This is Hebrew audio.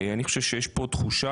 אני חושב שיש פה תחושה